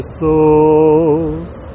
souls